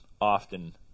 often